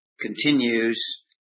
continues